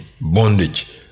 bondage